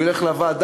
הוא ילך לוועדה,